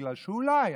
בגלל שאולי,